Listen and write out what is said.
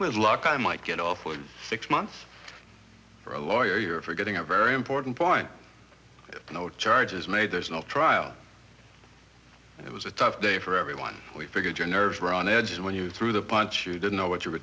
with luck i might get off with six months for a lawyer for getting a very important point no charges made there's no trial it was a tough day for everyone we figured your nerves were on edge and when you threw the punch you didn't know what you